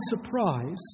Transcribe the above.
surprise